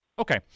Okay